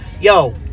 yo